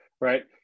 Right